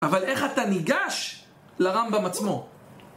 אבל איך אתה ניגש לרמב״ם עצמו?